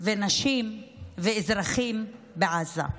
נשים ואזרחים בעזה.